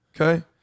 okay